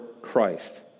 Christ